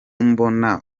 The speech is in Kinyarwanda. mbona